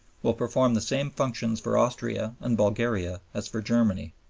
will perform the same functions for austria and bulgaria as for germany,